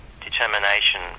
determination